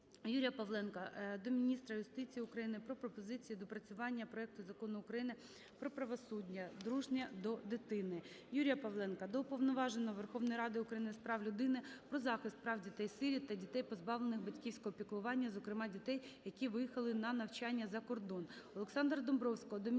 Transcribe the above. Юрія Павленка до міністра юстиції України про пропозиції доопрацювання проекту Закону України "Про правосуддя, дружнє до дитини". Юрія Павленка до Уповноваженого Верховної Ради України з прав людини про захист прав дітей-сиріт та дітей, позбавлених батьківського піклування, зокрема, дітей, які виїхали на навчання за кордон.